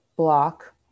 block